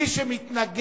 20),